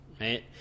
Right